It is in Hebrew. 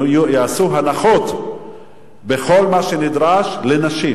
שיעשו הנחות בכל מה שנדרש לנשים.